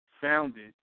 founded